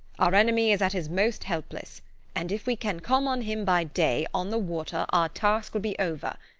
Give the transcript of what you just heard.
our enemy is at his most helpless and if we can come on him by day, on the water, our task will be over.